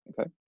okay